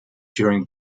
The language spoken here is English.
during